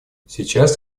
сейчас